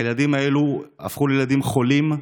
הילדים האלה הפכו לילדים חולים.